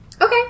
Okay